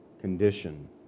condition